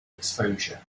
exposure